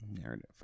Narrative